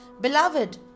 beloved